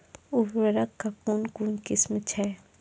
उर्वरक कऽ कून कून किस्म छै?